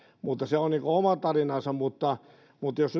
mutta se on oma tarinansa jos